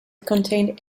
contained